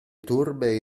turbe